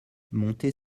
monter